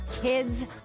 kids